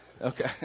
Okay